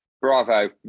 Bravo